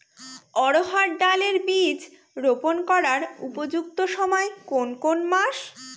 অড়হড় ডাল এর বীজ রোপন করার উপযুক্ত সময় কোন কোন মাস?